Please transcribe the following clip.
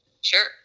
Sure